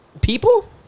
People